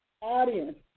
audience